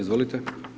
Izvolite.